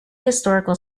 historical